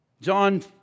john